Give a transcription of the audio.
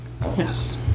Yes